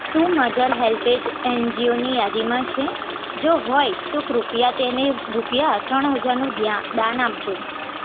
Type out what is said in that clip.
શું Mother HelpAge N G ઓની યાદીમાં છે જો હોય તો કૃપયા તેને રૂપિયા ત્રણ હજારનું ધ્યા દાન આપજો